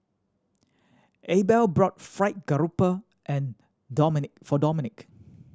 Abel bought fried grouper and Dominque for Dominque